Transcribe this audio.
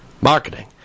Marketing